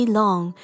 long